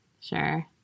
sure